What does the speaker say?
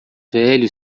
velho